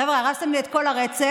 חבר'ה, הרסתם לי את כל הרצף,